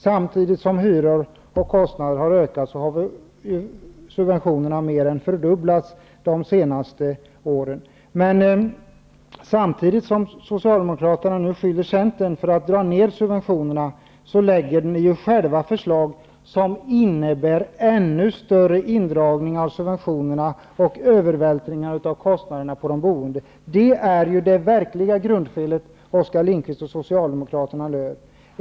Samtidigt som hyror och kostnader har ökat har subventionerna mer än fördubblats under denna tid. Samtidigt som Socialdemokraterna nu beskyller Centern för att dra ner subventionerna, lägger ni själva förslag som innebär ännu större indragningar av subventionerna och övervältringar av kostnaderna på de boende. Det är ju det verkliga grundfelet hos Socialdemokraterna, Oskar Lindkvist.